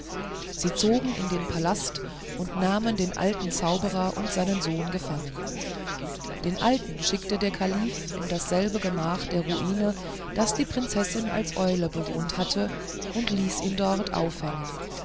sie zogen in den palast und nahmen den alten zauberer und seinen sohn gefangen den alten schickte der kalif in dasselbe gemach der ruine das die prinzessin als eule bewohnt hatte und ließ ihn dort aufhängen